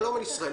שלום על ישראל,